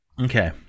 Okay